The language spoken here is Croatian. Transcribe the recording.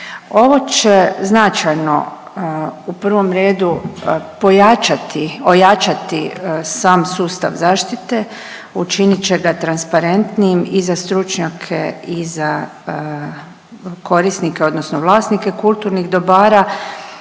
Ovo će značajno u prvom redu pojačati, ojačati sam sustav zaštite, učinit će ga transparentnim i za stručnjake i za korisnike odnosno vlasnike kulturnih dobara,